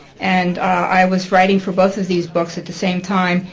and i was writing for both of these books at the same time.